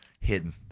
hidden